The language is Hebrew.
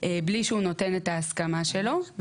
בלי שהוא נותן את ההסכמה שלו.